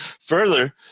Further